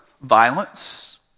violence